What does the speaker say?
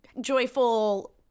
Joyful